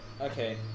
Okay